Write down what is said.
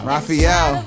Raphael